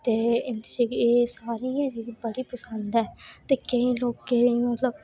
ते एह् ऐ जेह्ड़ी बड़ी पसंद ऐ ते केईं मतलब